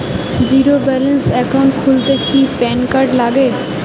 Zero balance account খুলতে কি PAN card লাগে?